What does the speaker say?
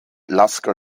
lasker